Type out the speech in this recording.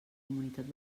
comunitat